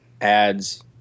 ads